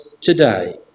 today